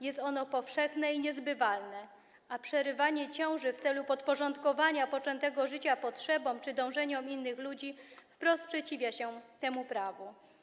Jest ono powszechne i niezbywalne, a przerywanie ciąży w celu podporządkowania poczętego życia potrzebom czy dążeniom innych ludzi wprost sprzeciwia się temu prawu.